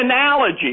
analogy